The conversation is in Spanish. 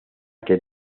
que